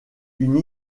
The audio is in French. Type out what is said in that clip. une